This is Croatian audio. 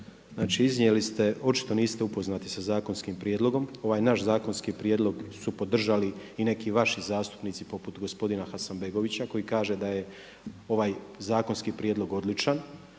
Znači iznijeli ste očito niste upoznati sa zakonskim prijedlogom. Ovaj naš zakonski prijedlog su podržali i neki vaši zastupnici poput gospodina Hasanbegovića koji kaže da je ovaj zakonski prijedlog odličan.